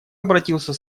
обратился